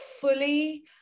fully